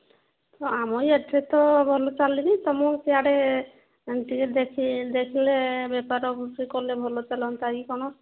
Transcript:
ଆମ ଏଠି ତ ଭଲ ଚାଲିନି ତମ ସିଆଡ଼େ ଟିକେ ଦେଖ ଦେଖିଲେ ବେପାର କିସ କଲେ ଭଲ ଚାଲନ୍ତା କି କ'ଣ